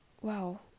Wow